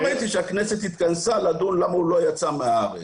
מעניין אותי שהכנסת התכנסה לדון למה הוא לא יצא מהארץ.